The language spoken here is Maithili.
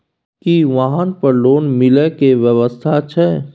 की वाहन पर लोन मिले के व्यवस्था छै?